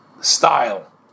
style